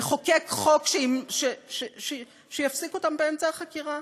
לחוקק חוק שיפסיק אותם באמצע החקירה?